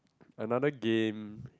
another game